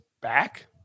back